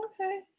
Okay